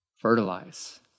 fertilize